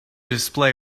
display